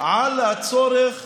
על הצורך